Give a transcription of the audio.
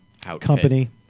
Company